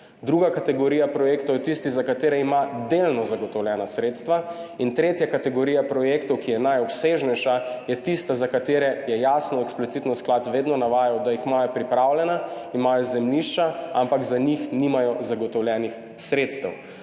Druga kategorija projektov so tisti, za katere ima delno zagotovljena sredstva. In tretja kategorija projektov, ki je najobsežnejša, je tista, za katere je sklad vedno jasno, eksplicitno navajal, da jih imajo pripravljena, imajo zemljišča, ampak za njih nimajo zagotovljenih sredstev.